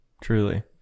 truly